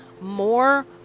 more